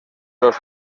los